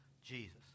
Jesus